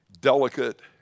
delicate